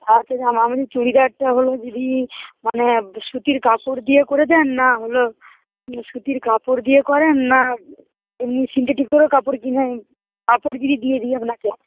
আচ্ছা আচ্ছা আমার চুড়িদারটা হলো যদি মানে সুতির কাপড় দিয়ে করে দেন না হলো সুতির কাপড় দিয়ে করেন না এমনি সিন্থেটিকের কাপড় কিনে কাপড় যদি দিয়ে দিই আপনাকে